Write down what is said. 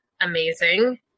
amazing